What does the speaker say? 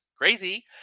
Crazy